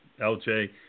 LJ